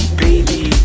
baby